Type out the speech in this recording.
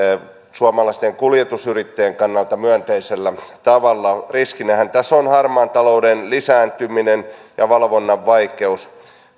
suomalaisten kuljetusyrittäjien kannalta myönteisellä tavalla riskinähän tässä on harmaan talouden lisääntyminen ja valvonnan vaikeus